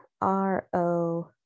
R-O